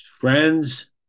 Friends